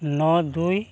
ᱱᱚ ᱫᱩᱭ